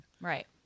Right